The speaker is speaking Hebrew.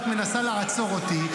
את מנסה לעצור אותי.